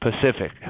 Pacific